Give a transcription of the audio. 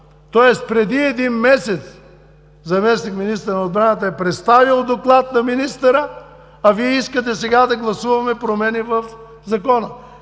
Тоест преди един месец заместник-министърът на отбраната е представил доклад на министъра, а Вие искате сега да гласуваме промени в Закона.